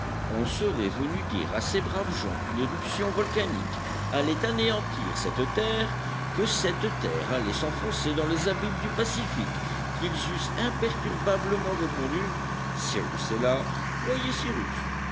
on serait venu dire à ces braves gens qu'une éruption volcanique allait anéantir cette terre que cette terre allait s'enfoncer dans les abîmes du pacifique qu'ils eussent imperturbablement répondu cyrus est là voyez cyrus